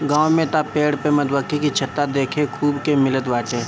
गांव में तअ पेड़ पे मधुमक्खी के छत्ता खूबे देखे के मिलत बाटे